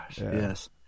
yes